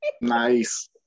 Nice